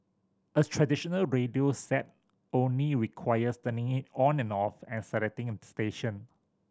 a traditional radio set only requires turning it on and off and selecting a station